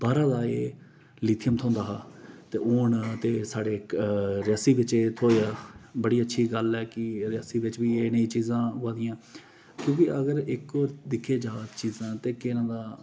बाहरा दा एह् लिथियम थ्होंदा हा ते हून ते साढ़े इक रियासी बिच्च एह् थ्होएआ बड़ी अच्छी गल्ल ऐ कि रियासी बिच्च बी एह् नेहियां चीजां आवा दियां क्योंकि अगर इक होर दिक्खेआ जा चीजां ते केह् नांऽ उं'दा